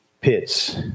pits